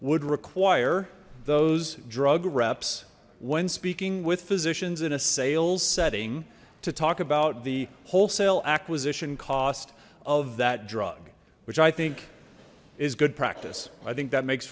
would require those drug reps when speaking with physicians in a sales setting to talk about the wholesale acquisition cost of that drug which i think is good practice i think that makes